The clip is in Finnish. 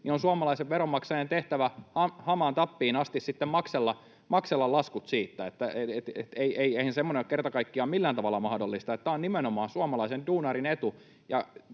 on suomalaisten veronmaksajien tehtävä hamaan tappiin asti sitten maksella laskut siitä. Eihän semmoinen ole kerta kaikkiaan millään tavalla mahdollista. Tämä on nimenomaan suomalaisen duunarin etu.